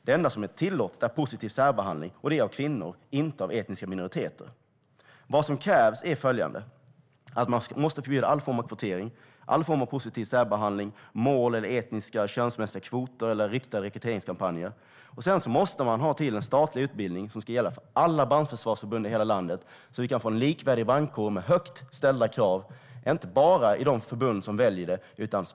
Det enda som är tillåtet är positiv särbehandling, och det är av kvinnor och inte av etniska minoriteter. Vad som krävs är följande. Man måste förbjuda all form av kvotering, all form av positiv särbehandling, mål för etniska eller könsmässiga kvoter eller riktade rekryteringskampanjer. Sedan måste man ha en statlig utbildning som ska gälla för alla brandförsvarsförbund i hela landet så att vi kan få en likvärdig brandkår med högt ställda krav inte bara i de förbund som väljer det.